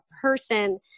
person